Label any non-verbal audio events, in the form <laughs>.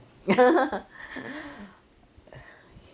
<laughs>